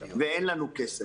ואין לנו כסף.